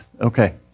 okay